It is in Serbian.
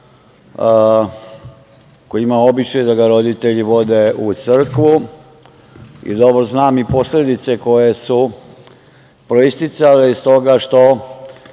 koji je imao običaj da ga roditelji vode u crkvu i dobro znam i posledice koje su proisticale iz toga što